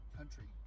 country